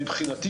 מבחינתי,